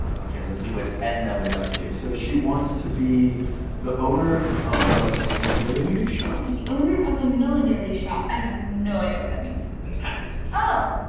okay, let's see what edna was up to. so, she wants to be the owner of of millinery shop. the owner of a millinery shop. i have no idea what that means. it makes hats. oh.